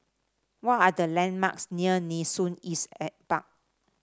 what are the landmarks near Nee Soon East Park